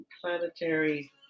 planetary